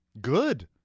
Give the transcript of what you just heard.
Good